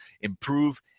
improve